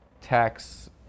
tax